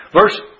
Verse